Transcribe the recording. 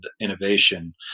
innovation